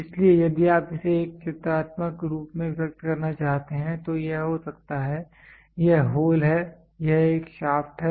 इसलिए यदि आप इसे एक चित्रात्मक रूप में व्यक्त करना चाहते हैं तो यह हो सकता है यह होल है यह एक शाफ्ट है